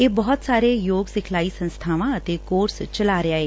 ਇਹ ਬਹੁਤ ਸਾਰੇ ਯੋਗ ਸਿਖਲਾਈ ਸੰਸਬਾਵਾਂ ਅਤੇ ਕੋਰਸ ਚਲਾ ਰਿਹਾ ਐ